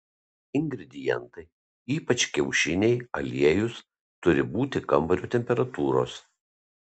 ingredientai ypač kiaušiniai aliejus turi būti kambario temperatūros